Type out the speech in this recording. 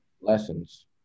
lessons